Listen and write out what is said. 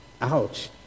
Ouch